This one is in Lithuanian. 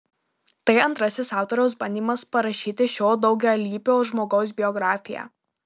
tai antrasis autoriaus bandymas parašyti šio daugialypio žmogaus biografiją